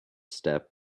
step